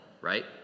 Right